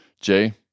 Jay